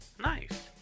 Nice